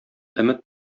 өмет